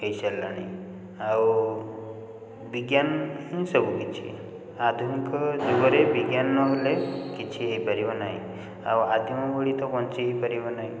ହେଇସାରିଲାଣି ଆଉ ବିଜ୍ଞାନ ହିଁ ସବୁକିଛି ଆଧୁନିକ ଯୁଗରେ ବିଜ୍ଞାନ ନହେଲେ କିଛି ହେଇପାରିବନାହିଁ ଆଉ ଆଦିମ ଭଳି ତ ବଞ୍ଚେଇ ହେଇପାରିବ ନାହିଁ